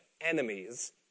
enemies